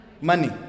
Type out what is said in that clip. Money